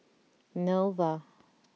Nova